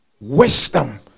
wisdom